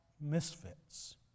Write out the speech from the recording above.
misfits